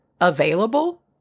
available